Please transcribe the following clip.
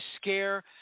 scare